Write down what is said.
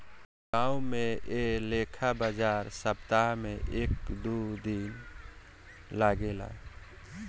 गांवो में ऐ लेखा बाजार सप्ताह में एक दू दिन लागेला